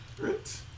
right